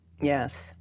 Yes